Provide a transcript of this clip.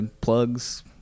Plugs